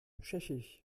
tschechisch